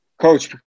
Coach